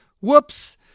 Whoops